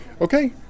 okay